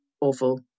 awful